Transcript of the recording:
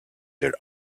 their